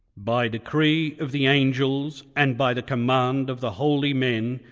by decree of the angels and by the command of the holy men,